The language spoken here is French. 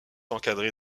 encadré